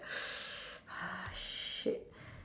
uh shit